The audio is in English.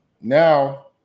Now